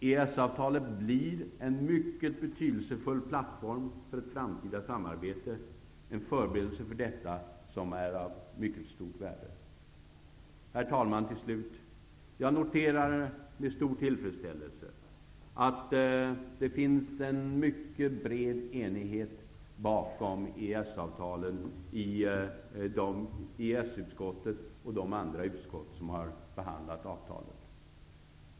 EES-avtalet blir en mycket betydelsefull plattform för ett framtida samarbete, en förberedelse för detta som är av mycket stort värde. Herr talman! Till slut: Jag noterar med stor tillfredsställelse att det finns en mycket bred enighet bakom EES-avtalet i EES-utskottet och de andra utskott som har behandlat avtalet.